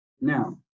Now